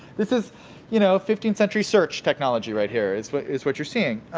this is you know fifteenth century search technology right here, is but is what you're seeing.